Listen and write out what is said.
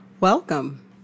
Welcome